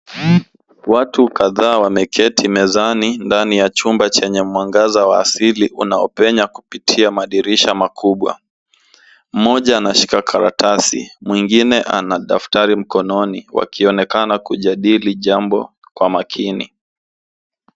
Watu kadhaa wameketi mezani ndani ya chumba chenye mwangaza wa asili unaopenya kupitia madirisha makubwa. Mmoja anashika karatasi mwingine ana daftari mkononi wakionekana kujadili jambo kwa makini.